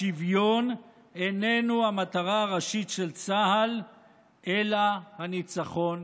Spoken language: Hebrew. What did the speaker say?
השוויון איננו המטרה הראשית של צה"ל אלא הניצחון.